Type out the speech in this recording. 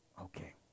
Okay